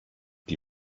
die